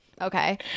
okay